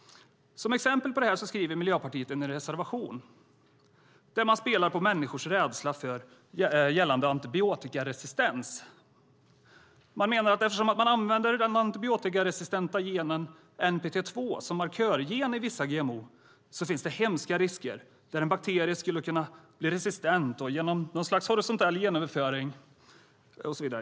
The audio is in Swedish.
Som exempel på detta skriver Miljöpartiet en reservation där man spelar på människors rädsla gällande antibiotikaresistens. Man menar att eftersom den antibiotikaresistenta genen npt II används som markörgen i vissa GMO finns det hemska risker, där en bakterie skulle kunna bli resistent genom något slags horisontell genöverföring.